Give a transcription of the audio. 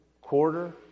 quarter